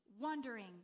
wondering